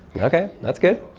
okay, that's good,